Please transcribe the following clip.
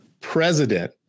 president